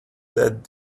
that